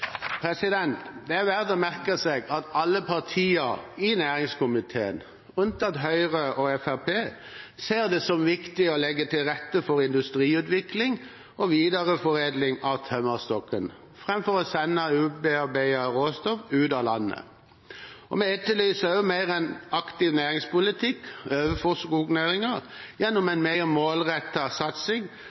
Det er verdt å merke seg at alle partier i næringskomiteen – unntatt Høyre og Fremskrittspartiet – ser det som viktig å legge til rette for industriutvikling og videreforedling av tømmerstokken framfor å sende ubearbeidet råstoff ut av landet. Vi etterlyser også en mer aktiv næringspolitikk overfor skognæringen gjennom en mer målrettet satsing